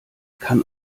kann